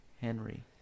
Henry